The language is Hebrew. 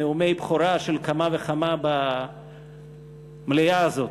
נאומי הבכורה של כמה וכמה במליאה הזאת,